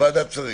"ועדת שרים".